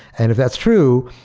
and if that's true,